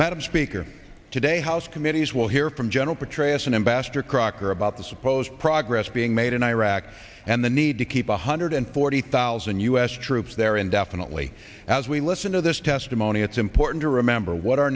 madam speaker today house committees will hear from general petraeus and ambassador crocker about the supposed progress being made in iraq and the need to keep one hundred forty thousand u s troops there indefinitely as we listen to this testimony it's important to remember what our